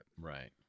Right